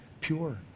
pure